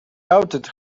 outed